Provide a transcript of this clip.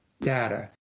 Data